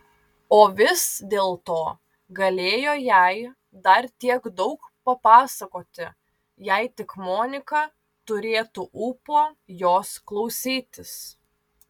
o vis dėlto galėjo jai dar tiek daug papasakoti jei tik monika turėtų ūpo jos klausytis